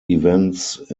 events